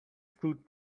fruit